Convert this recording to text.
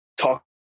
talk